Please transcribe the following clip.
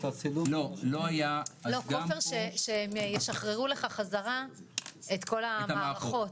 לא, כופר שהם ישחררו לך חזרה את כל המערכות.